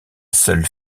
seule